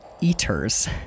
eaters